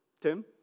Tim